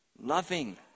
loving